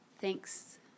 thanks